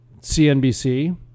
cnbc